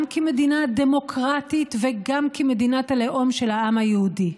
גם כמדינה דמוקרטית וגם כמדינת הלאום של העם היהודי.